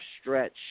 stretch